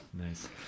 nice